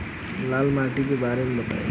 लाल माटी के बारे में बताई